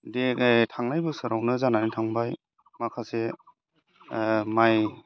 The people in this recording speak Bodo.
देग्लाय थांनाय बोसोरावनो जानानै थांबाय माखासे माइ